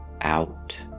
out